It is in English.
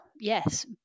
yes